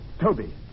Toby